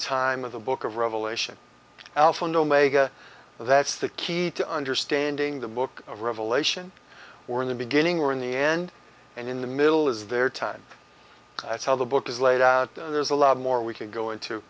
time of the book of revelation alpha and omega that's the key to understanding the book of revelation were in the beginning were in the end and in the middle is their time that's how the book is laid out there's a lot more we can go into